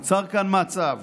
נוצר כאן מצב